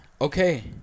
okay